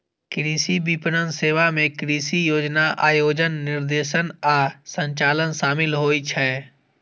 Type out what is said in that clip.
कृषि विपणन सेवा मे कृषि योजना, आयोजन, निर्देशन आ संचालन शामिल होइ छै